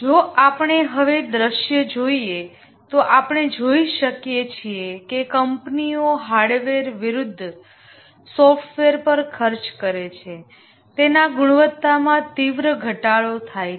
જો આપણે હવે દૃશ્ય જોઈએ તો આપણે જોઈ શકીએ છીએ કે કંપનીઓ હાર્ડવેર વિરુદ્ધ સોફ્ટવેર પર ખર્ચ કરે છે તેના ગુણોત્તરમાં તીવ્ર ઘટાડો થાય છે